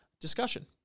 discussion